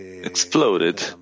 exploded